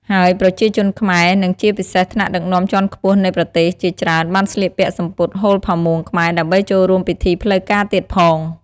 ហើយប្រជាជនខ្មែរ និងជាពិសេសថ្នាក់ដឹកនាំជាន់ខ្ពស់នៃប្រទេសជាច្រើនបានស្លៀកពាក់សំពត់ហូលផាមួងខ្មែរដើម្បីចូលរួមពិធីផ្លូវការទៀតផង។